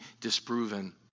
disproven